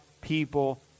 people